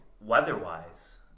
Weather-wise